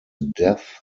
death